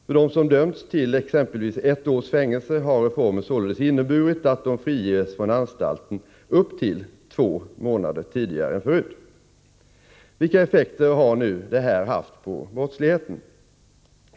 För dem som döms till exempelvis ett års fängelse har reformen således inneburit att de friges från anstalt upp till två månader tidigare än förut. Vilka effekter har nu det här haft på brottsligheten?